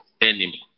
enemy